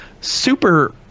super